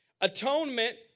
Atonement